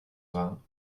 vingt